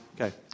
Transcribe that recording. Okay